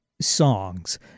songs